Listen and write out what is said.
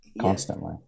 constantly